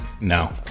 No